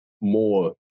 more